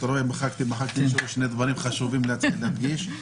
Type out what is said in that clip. נשארו שני דברים חשובים להדגיש.